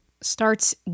starts